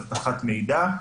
אבטחת מידע,